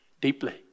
deeply